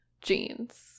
jeans